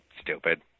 Stupid